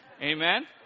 amen